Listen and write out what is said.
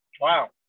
Wow